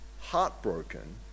heartbroken